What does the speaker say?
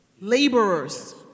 Laborers